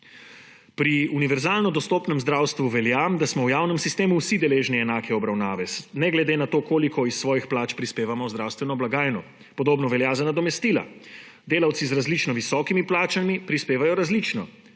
Pri univerzalno dostopnem zdravstvu velja, da smo v javnem sistemu vsi deležni enake obravnave ne glede na to, koliko iz svojih plač prispevamo v zdravstveno blagajno. Podobno velja za nadomestila. Delavci z različno visokimi plačami prispevajo različno,